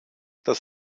das